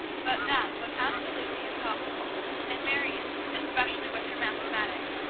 but that was absolutely impossible and marion, especially with her mathematics,